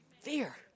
Fear